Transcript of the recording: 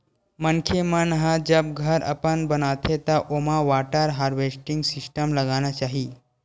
मनखे मन ह जब घर अपन बनाथे त ओमा वाटर हारवेस्टिंग सिस्टम लगाना चाही